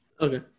Okay